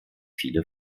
viele